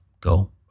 go